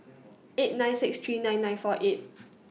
eight nine six three nine nine four eight